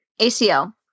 ACL